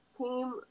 team